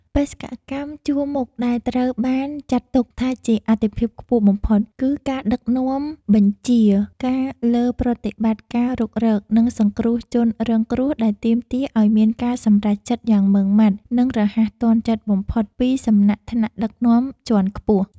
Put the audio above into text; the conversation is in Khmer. បេសកកម្មជួរមុខដែលត្រូវបានចាត់ទុកថាជាអាទិភាពខ្ពស់បំផុត គឺការដឹកនាំបញ្ជាការលើប្រតិបត្តិការរុករក និងសង្គ្រោះជនរងគ្រោះ ដែលទាមទារឱ្យមានការសម្រេចចិត្តយ៉ាងម៉ឺងម៉ាត់ និងរហ័សទាន់ចិត្តបំផុតពីសំណាក់ថ្នាក់ដឹកនាំជាន់ខ្ពស់។